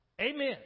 Amen